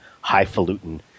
highfalutin